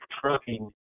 trucking